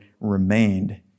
remained